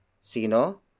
Sino